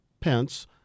Pence